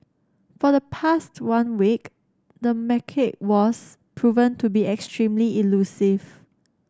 for the past one week the macaque was proven to be extremely elusive